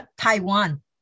Taiwan